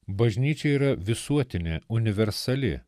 bažnyčia yra visuotinė universali